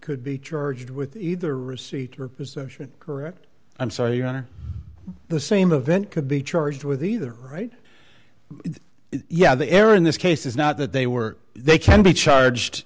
could be charged with either receipt or possession correct i'm sorry your honor the same a vent could be charged with either right yeah the error in this case is not that they were they can be charged